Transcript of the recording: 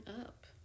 up